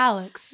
Alex